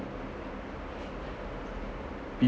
people